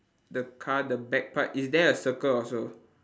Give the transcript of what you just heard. the car the back part is there a circle also